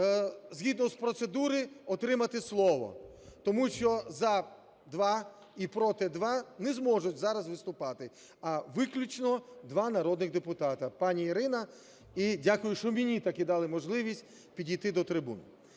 згідно з процедури отримати слово. Тому що "за - два і проти – два" не зможуть зараз виступати, а виключно два народних депутати. Пані Ірина, і дякую, що мені таки дали можливість підійти до трибуни.